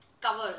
cover